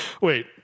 Wait